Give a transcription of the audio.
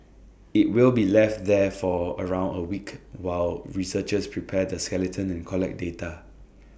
IT will be left there for around A week while researchers prepare the skeleton and collect data